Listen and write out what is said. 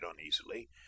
uneasily